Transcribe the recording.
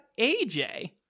AJ